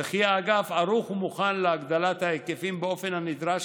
וכי האגף ערוך ומוכן להגדלת ההיקפים באופן הנדרש,